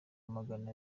magana